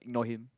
ignore him